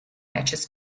matches